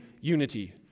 unity